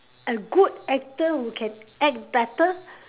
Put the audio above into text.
a good actor who can act better